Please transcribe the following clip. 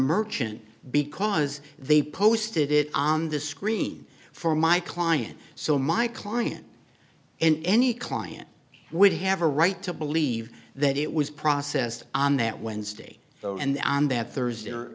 merchant because they posted it on the screen for my client so my client and any client would have a right to believe that it was processed on that wednesday and on that thursday or